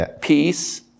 peace